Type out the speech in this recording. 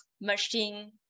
machine